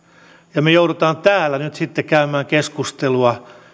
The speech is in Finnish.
ja me joudumme täällä nyt sitten käymään keskustelua